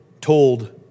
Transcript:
told